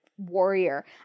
Warrior